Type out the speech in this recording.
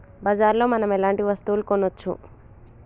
బజార్ లో మనం ఎలాంటి వస్తువులు కొనచ్చు?